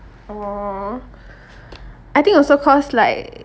oh I think also cause like